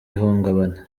ihungabana